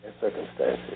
circumstances